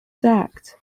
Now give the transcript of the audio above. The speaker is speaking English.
sacked